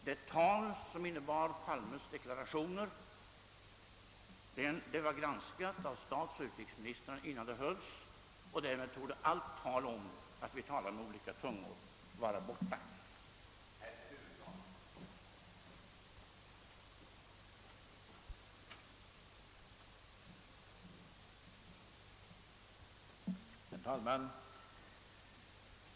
Det tal som innehöll herr Palmes deklara tioner var granskat av statsoch utrikesministrarna innan det hölls, och därmed torde varje påstående om att vi talar med olika tungor vara borta ur bilden.